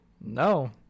No